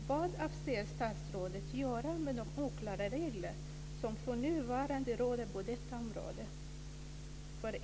Vad avser statsrådet att göra med de oklara regler som för närvarande råder på detta område?